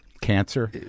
cancer